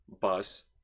bus